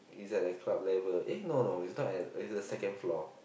is at the club level eh no no it's not at it's the second floor